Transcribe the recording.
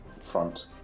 front